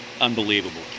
unbelievable